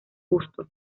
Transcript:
gusto